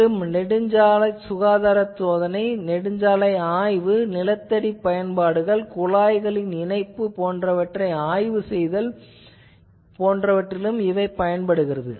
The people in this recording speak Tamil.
மேலும் நெடுஞ்சாலை சுகாதார சோதனை நெடுஞ்சாலை ஆய்வு நிலத்தடிப் பயன்பாடுகள் குழாய்களின் இணைப்பு போன்றவை இவற்றில் பயன்படுகிறது